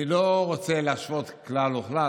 אני לא רוצה להשוות כלל וכלל,